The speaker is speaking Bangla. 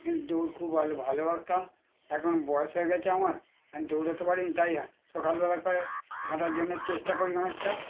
কিন্তু দৌড় খুব ভালো ভালোবাসতাম এখন বয়স হয়ে গিয়েছে আমার এখন দৌড়াতে পারি না তাই আর সকালবেলা করে হাঁটার জন্য চেষ্টা করি অনেকটা